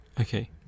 Okay